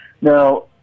Now